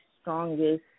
strongest